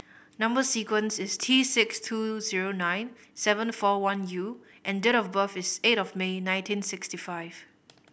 number sequence is T six two zero nine seven four one U and date of birth is eight of May nineteen sixty five